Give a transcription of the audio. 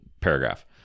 paragraph